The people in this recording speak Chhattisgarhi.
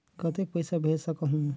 कतेक पइसा भेज सकहुं?